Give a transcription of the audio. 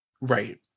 Right